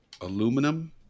aluminum